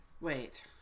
Wait